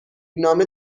نامه